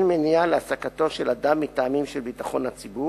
שאין מניעה להעסקתו של אדם מטעמים של ביטחון הציבור,